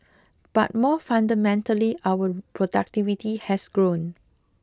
but more fundamentally our productivity has grown